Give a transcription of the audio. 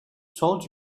told